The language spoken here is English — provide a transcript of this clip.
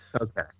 Okay